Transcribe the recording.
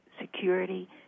security